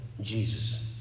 Jesus